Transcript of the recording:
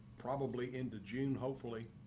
probably into june hopefully.